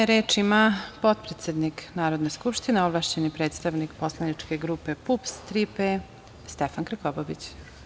Reč ima potpredsednik Narodne skupštine, ovlašćeni predstavnik poslaničke grupe PUPS – „Tri P“ Stefan Krkobabić.